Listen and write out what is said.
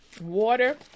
water